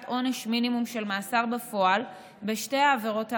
עונש מינימום של מאסר בפועל בשתי העבירות האמורות.